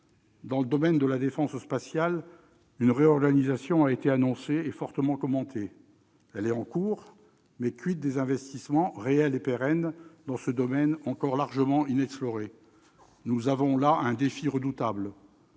Dans le domaine de la défense spatiale, une réorganisation a été annoncée et fortement commentée. Elle est en cours, mais des investissements réels et pérennes dans ce secteur encore largement inexploré ? Voilà un défi redoutable